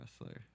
wrestler